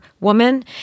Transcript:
woman